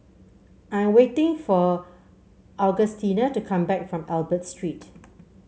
I'm waiting for Augustina to come back from Albert Street